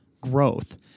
growth